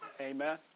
Amen